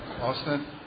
Austin